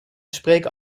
spreken